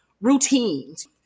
routines